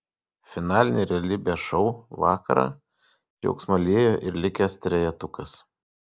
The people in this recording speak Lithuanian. finalinį realybės šou vakarą džiaugsmą liejo ir likęs trejetukas